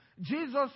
Jesus